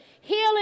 Healing